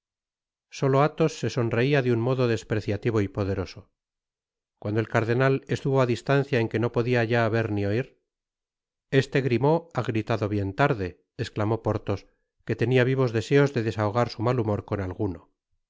solo athos se sonreia de un modo despreciativo y poderoso c cuando el cardenal estuvo á distancia en que no podia ya ver ni oir este grimaud ba gritado bien tarde esclamó porthos que tenia vivos deseos de desahogar su mal humor con alguno